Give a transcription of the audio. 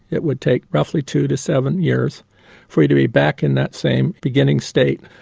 it would take roughly two to seven years for you to be back in that same beginning state.